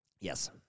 Yes